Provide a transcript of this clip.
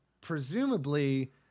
presumably